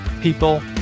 people